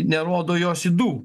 nerodo jos ydų